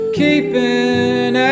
keeping